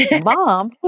mom